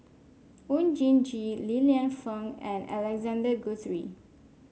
Oon Jin Gee Li Lienfung and Alexander Guthrie